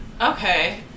Okay